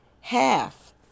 half